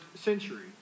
century